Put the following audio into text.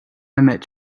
met